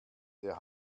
der